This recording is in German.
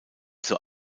zur